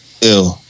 Ew